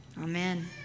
Amen